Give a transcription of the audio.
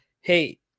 Hey